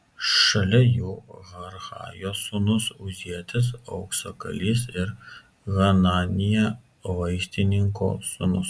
šalia jų harhajos sūnus uzielis auksakalys ir hananija vaistininko sūnus